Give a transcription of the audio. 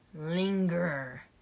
linger